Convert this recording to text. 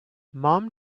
mom